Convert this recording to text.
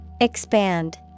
Expand